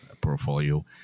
portfolio